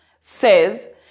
says